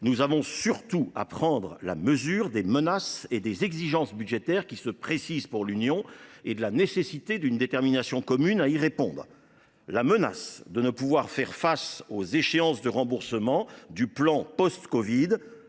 pour nous de prendre la mesure des menaces et des exigences budgétaires qui se précisent pour l’Union et d’affirmer notre détermination commune à y répondre. Je pense à la menace de ne pouvoir faire face aux échéances de remboursement du plan post covid,